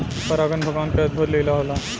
परागन भगवान के अद्भुत लीला होला